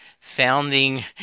founding